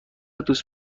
دوست